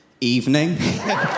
Evening